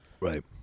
Right